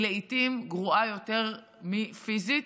היא לעיתים גרועה יותר מפיזית,